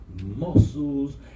muscles